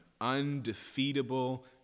undefeatable